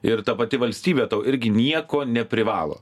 ir ta pati valstybė tau irgi nieko neprivalo